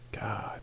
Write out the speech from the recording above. God